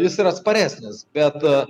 jis yra atsparesnis bet